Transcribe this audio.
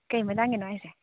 ꯀꯔꯤ ꯃꯇꯥꯡꯒꯤꯅꯣ ꯍꯥꯏꯁꯦ